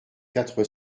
quatre